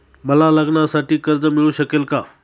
मला लग्नासाठी कर्ज मिळू शकेल का?